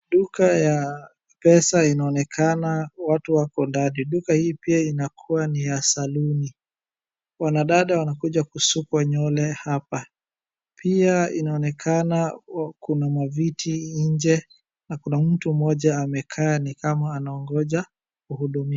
Duka ya M-pesa inaonekana watu wako ndani. Duka hii pia inakuwa ni ya saluni. Wanadada wanakuja kusukwa nywele hapa. Pia inaonekana kuna maviti nje, na kuna mtu mmoja amekaa ni kama anaongoja, kuhudumiwa.